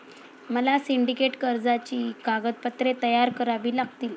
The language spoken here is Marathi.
मला सिंडिकेट कर्जाची कागदपत्रे तयार करावी लागतील